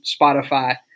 Spotify